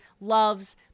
loves